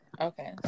okay